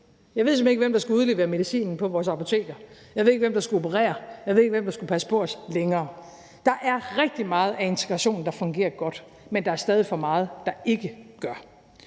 Jeg ved simpelt hen ikke, hvem der skulle udlevere medicinen på vores apoteker, jeg ved ikke, hvem der skulle operere, jeg ved ikke, hvem der skulle passe på os længere. Der er rigtig meget af integrationen, der fungerer godt, men der er stadig for meget, der ikke gør.